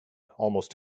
almost